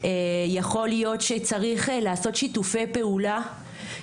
יכול להיות שצריך לעשות שיתופי פעולה,